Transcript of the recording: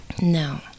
no